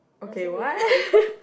okay what